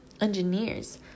engineers